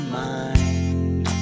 mind